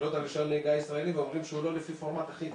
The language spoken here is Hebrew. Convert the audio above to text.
שמסתכלות על רישיון נהיגה ישראלי ואומרים שהוא לא לפי פורמט אחיד